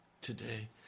today